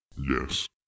Yes